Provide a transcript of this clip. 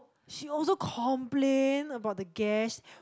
she also complain about the gas